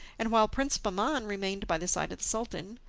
and while prince bahman remained by the side of the sultan,